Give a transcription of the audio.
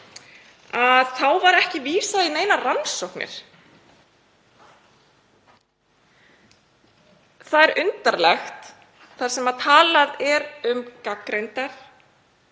unnin var ekki vísað í neinar rannsóknir. Það er undarlegt að þar sem talað er um gagnreyndar